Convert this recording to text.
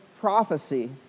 prophecy